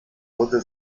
wurde